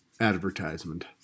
Advertisement